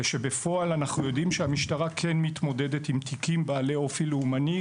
כשבפועל אנחנו יודעים שהמשטרה כן מתמודדת עם תיקים בעלי אופי לאומני,